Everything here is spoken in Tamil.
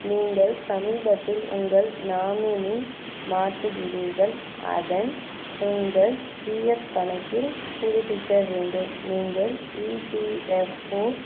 நீங்கள் சமீபத்தில் உங்கள் நாமினி மாற்றுகிறீர்கள் அதன் உங்கள் பிஎஃப் கணக்கில் புதுப்பிக்க வேண்டும் நீங்கள் ஈபிஎஃப்ஓ